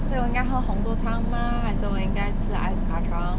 所以我应该喝红豆汤吗还是我应该吃 ice kacang